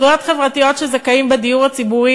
זכויות חברתיות של זכאים בדיור הציבורי